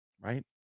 Right